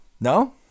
No